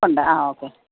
ഉണ്ട് ആ ഓക്കെ